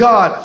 God